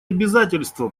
обязательства